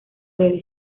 del